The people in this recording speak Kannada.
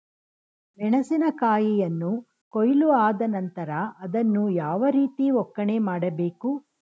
ಮೆಣಸಿನ ಕಾಯಿಯನ್ನು ಕೊಯ್ಲು ಆದ ನಂತರ ಅದನ್ನು ಯಾವ ರೀತಿ ಒಕ್ಕಣೆ ಮಾಡಬೇಕು?